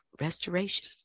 restoration